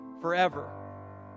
forever